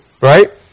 right